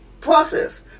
process